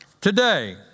today